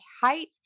height